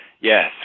Yes